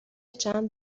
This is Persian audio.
چند